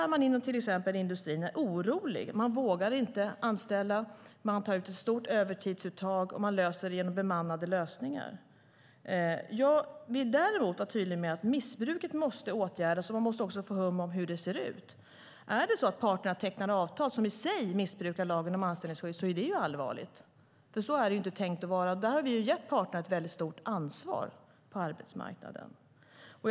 Inom exempelvis industrin är man orolig, vågar inte anställa, har stora övertidsuttag och löser det hela genom bemanningsföretag. Jag vill dock vara tydlig med att missbruket måste åtgärdas, och vi måste också få ett hum om hur det ser ut. Ifall parterna tecknar avtal som i sig missbrukar lagen om anställningsskydd är det allvarligt. Så är det inte tänkt. Där har vi gett parterna på arbetsmarknaden ett stort ansvar.